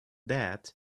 that